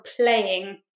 playing